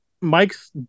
mike's